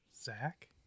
Zach